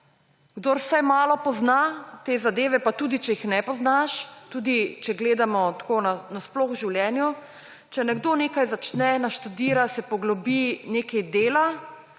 Kdor vsaj malo pozna te zadeve, pa tudi če jih ne poznaš, tudi če gledamo tako nasploh v življenju, če nekdo nekaj začne, naštudira, se poglobi, nekaj dela,